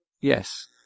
Yes